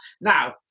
Now